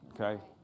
okay